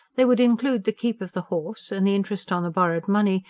they would include the keep of the horse, and the interest on the borrowed money,